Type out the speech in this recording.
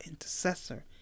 intercessor